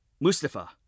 Mustafa